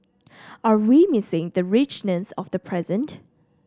are we missing the richness of the present